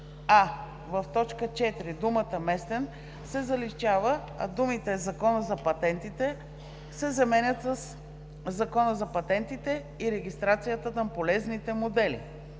а) в т. 4 думата „местен“ се заличава, а думите „Закона за патентите“ се заменят със „Закона за патентите и регистрацията на полезните модели“;